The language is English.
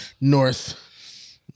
north